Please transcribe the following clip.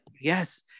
yes